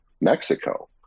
Mexico